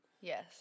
Yes